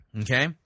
okay